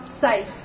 safe